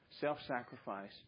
Self-sacrifice